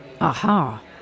Aha